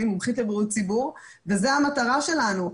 אני מומחית לבריאות הציבור, וזו המטרה שלנו.